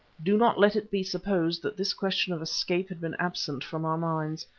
do not let it be supposed that this question of escape had been absent from our minds.